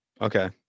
okay